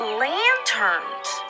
lanterns